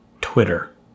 Twitter